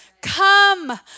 come